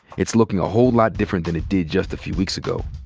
it's looking a whole lot different than it did just a few weeks ago.